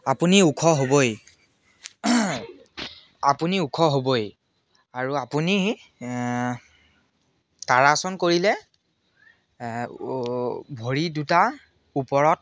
আপুনি ওখ হ'বই আপুনি ওখ হ'বই আৰু আপুনি তাৰাসন কৰিলে ভৰি দুটা ওপৰত